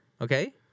Okay